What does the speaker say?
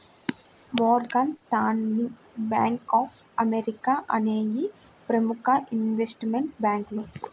Morgan Stanley, bank of America అనేయ్యి ప్రముఖ investment బ్యేంకులు